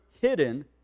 hidden